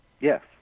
Yes